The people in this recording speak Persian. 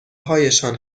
هایشان